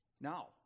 Now